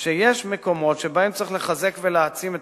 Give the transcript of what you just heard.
שיש מקומות שבהם יש לחזק ולהעצים את